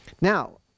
Now